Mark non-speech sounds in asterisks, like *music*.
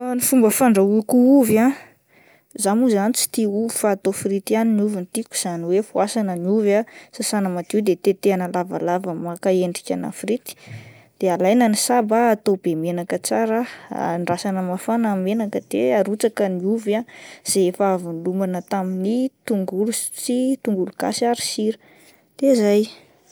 *hesitation* Ny fomba fandrahoako ovy ah, zah mo zany tsy tia ovy fa atao frity ihany ny ovy no tiako izany hoe voasana ny ovy ah sasana madio de tetehina lavalava maka endrikana frity *noise* de alaina ny saba ah atao be menaka tsara ah, andrasana mafana ny menaka de arotsaka ny ovy ah izay efa avy nolomana tamin'ny tongolo sy tongolo gasy ary sira de zay.